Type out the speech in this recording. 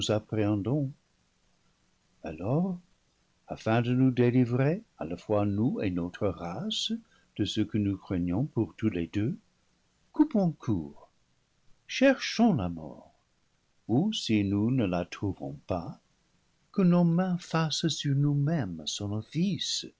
alors afin de nous dé livrer à la fois nous et notre race de ce que nous craignons pour tous les deux coupons court cherchons la mort ou si nous ne la trouvons pas que nos mains fassent sur nous